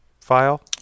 file